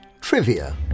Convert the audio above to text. Trivia